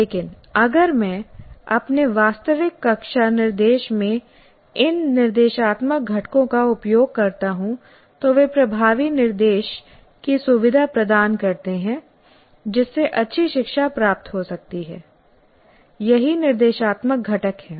लेकिन अगर मैं अपने वास्तविक कक्षा निर्देश में इन निर्देशात्मक घटकों का उपयोग करता हूं तो वे प्रभावी निर्देश की सुविधा प्रदान करते हैं जिससे अच्छी शिक्षा प्राप्त हो सकती है यही निर्देशात्मक घटक है